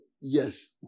Yes